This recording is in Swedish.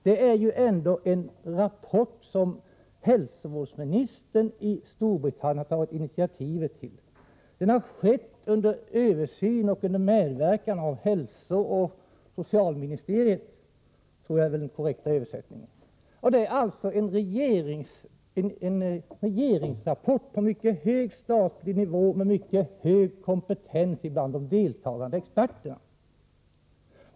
Det är ändå en rapport som hälsovårdsministern i Storbritannien tagit initiativet till. Den har utarbetats under medverkan av hälsooch socialministeriet, tror jag den korrekta översättningen är. Det är alltså en regeringsrapport på mycket hög nivå, med hög kompetens hos de deltagande experterna.